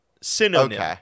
Synonym